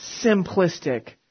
simplistic